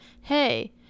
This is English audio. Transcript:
hey